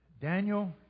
Daniel